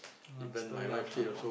ah I'm still young ah